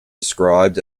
described